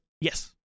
Yes